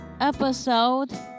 episode